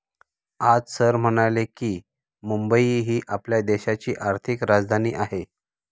आज सर म्हणाले की, मुंबई ही आपल्या देशाची आर्थिक राजधानी आहे